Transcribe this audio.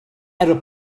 error